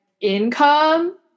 income